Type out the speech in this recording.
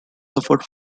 suffered